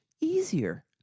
easier